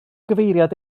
gyfeiriad